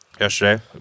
yesterday